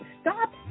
Stop